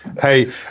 Hey